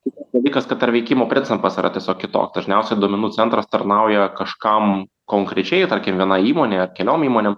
kitas dalykas kad ir veikimo pricimpas yra tiesiog kitoks dažniausiai duomenų centras tarnauja kažkam konkrečiai tarkim vienai įmonei ar keliom įmonėm